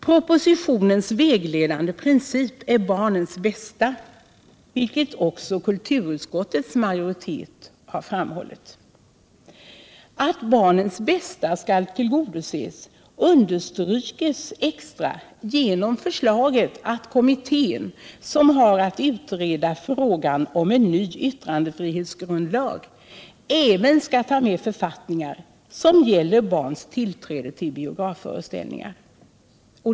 Propositionens vägledande princip är barnens bästa, vilket också utskottets majoritet har framhållit. Att barnens bästa skall tillgodoses understryks också genom förslaget att den kommitté som har att utreda frågan om en ny yttrandefrihetsgrundlag även skall ta med författningar som gäller barns tillträde till biografföreställningar.